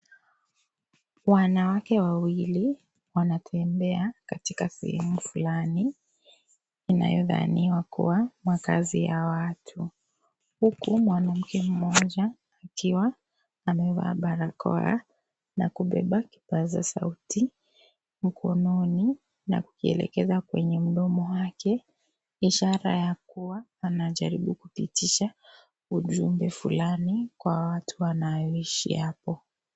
Wanawake wawili wanatembea katika sehemu fulani inayodhaniwa kuwa makazi ya watu huku mwanamke mmoja akiwa amevaa barakoa na kubeba kipasa sauti mkononi na kukielekeza kwenye mdomo wake, ishara ya kuwa anajaribu kupitisha ujumbe fulani kwa watu wanaoishi hapo.